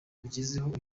agezeho